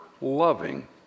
loving